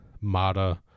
Mata